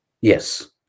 Yes